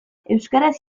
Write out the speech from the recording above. euskaraz